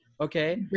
Okay